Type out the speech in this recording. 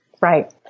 Right